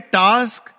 task